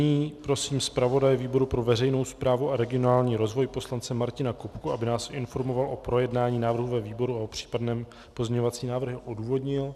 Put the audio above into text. Nyní prosím zpravodaje výboru pro veřejnou správu a regionální rozvoj poslance Martina Kupku, aby nás informoval o projednání návrhu ve výboru a případný pozměňovací návrh odůvodnil.